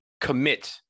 commit